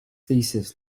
thesis